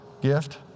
gift